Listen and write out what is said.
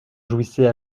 jouissait